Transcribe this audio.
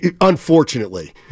unfortunately